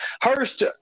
Hurst